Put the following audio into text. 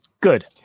Good